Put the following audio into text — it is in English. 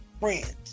friends